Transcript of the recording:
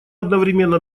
одновременно